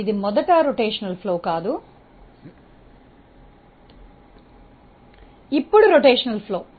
ఇది మొదట భ్రమణ చలనం కాదు ఇప్పుడు భ్రమణ చలనం అవుతుంది